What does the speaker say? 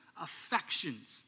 affections